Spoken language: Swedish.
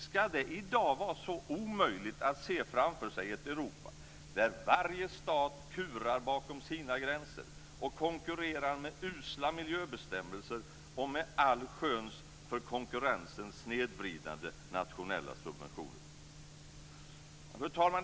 Ska det i dag vara så omöjligt att se framför sig ett Europa där varje stat kurar bakom sina gränser och konkurrerar med usla miljöbestämmelser och med allsköns för konkurrensen snedvridande nationella subventioner? Fru talman!